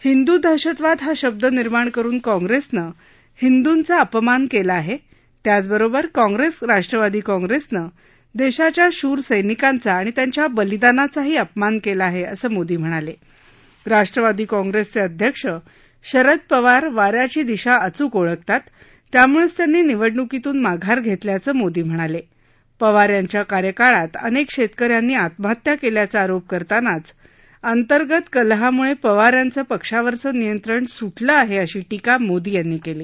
हिंदू दहशतवाद हा शब्द निर्माण करून काँग्रस्तीं हिंदूंचा अपमान कला आह त्याचबरोबर काँग्रस्त राष्ट्रवादी काँग्रस्तां दर्शाच्या शूर सैनिकांचा आणि त्यांच्या बलिदानाचाही अपमान कला आहा असंही मोदी म्हणाल राष्ट्रवादी काँग्रस्प्रिध अध्यक्ष शरद पवार वाऱ्याची दिशा अचूक ओळखतात त्यामुळद्व त्यांनी निवडणुकीतून माघार घक्कियाचं मोदी म्हणाल पवार यांच्या कार्यकाळात अनक्क शक्किऱ्यांनी आत्महत्या कल्प्राचा आरोप करतानाच अंतर्गत कलहामुळं पवार यांचं पक्षावरचं नियंत्रण सुटलं आहा अशी टीका मोदी यांनी कली